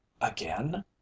again